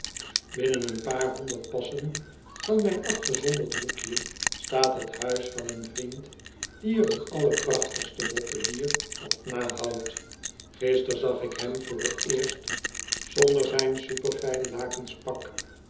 binnen een paar honderd passen van mijn afgezonderd hoekje staat het huis van een vriend die er een allerprachtigsten bottelier op na houdt gister zag ik hem voor t eerst zonder zijn superfijn zwart lakensch pak